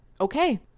Okay